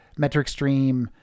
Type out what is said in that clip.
MetricStream